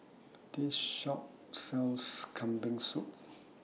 This Shop sells Kambing Soup